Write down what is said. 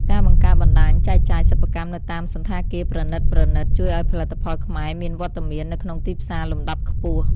ការបង្កើតបណ្ដាញចែកចាយសិប្បកម្មនៅតាមសណ្ឋាគារប្រណីតៗ ជួយឱ្យផលិតផលខ្មែរមានវត្តមាននៅក្នុងទីផ្សារលំដាប់ខ្ពស់។